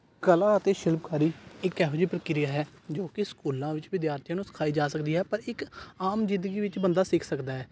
ਕਲਾ ਅਤੇ ਸ਼ਿਲਪਕਾਰੀ ਇੱਕ ਇਹੋ ਜਿਹੀ ਪ੍ਰਕਿਰਿਆ ਹੈ ਜੋ ਕਿ ਸਕੂਲਾਂ ਵਿੱਚ ਵਿਦਿਆਰਥੀਆਂ ਨੂੰ ਸਿਖਾਈ ਜਾ ਸਕਦੀ ਹੈ ਪਰ ਇੱਕ ਆਮ ਜ਼ਿੰਦਗੀ ਵਿੱਚ ਬੰਦਾ ਸਿੱਖ ਸਕਦਾ ਹੈ